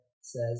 says